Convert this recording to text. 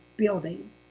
Building